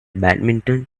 badminton